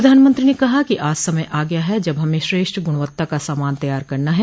प्रधानमंत्री ने कहा कि आज समय आ गया है जब हमें श्रेष्ठ गुणवत्ता का सामान तैयार करना है